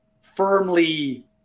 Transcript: firmly